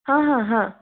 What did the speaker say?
हाँ हाँ हाँ